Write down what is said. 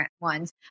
ones